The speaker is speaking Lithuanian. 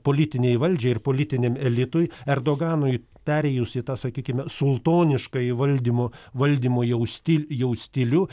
politinei valdžiai ir politiniam elitui erdoganui perėjus į tą sakykime sultoniškąjį valdymo valdymo jau stil jau stilių